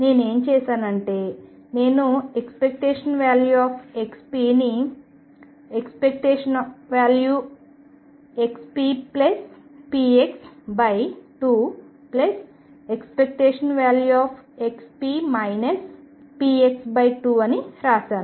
నేను ఏమి చేసాను అంటే నేను ⟨xp⟩ ని ⟨xppx⟩2⟨xp px⟩2 అని వ్రాసాను